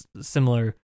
similar